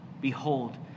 behold